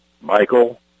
michael